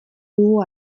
dugu